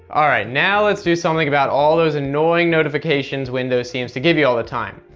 alright, now let's do something about all those annoying notifications windows seems to give you all the time.